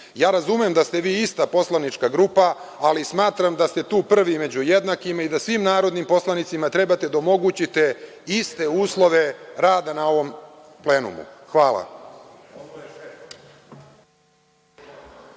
Ja razumem da ste vi ista poslanička grupa, ali smatram da ste tu prvi među jednakima i da svim narodnim poslanicima treba da omogućite iste uslove rada u ovom plenumu.